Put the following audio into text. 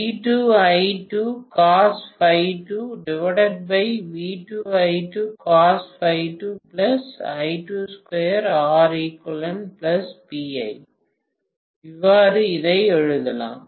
இவ்வாறு இதை எழுதலாம்